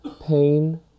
pain